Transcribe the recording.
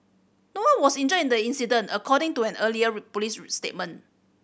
no one was injured in the incident according to an earlier police statement